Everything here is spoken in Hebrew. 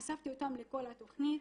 חשפתי אותם לכל התכנית.